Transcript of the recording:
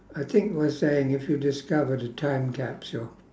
I think we're saying if you discovered a time capsule